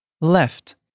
Left